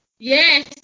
Yes